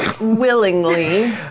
Willingly